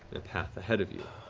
a path ahead of you.